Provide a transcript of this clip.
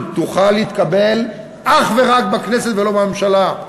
תוכל להתקבל אך ורק בכנסת ולא בממשלה.